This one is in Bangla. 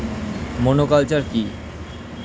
মনোকালচার কি?